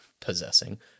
possessing